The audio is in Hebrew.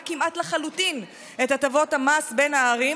כמעט לחלוטין את הטבות המס בין הערים,